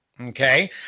okay